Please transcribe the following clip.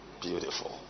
Beautiful